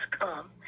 come